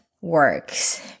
works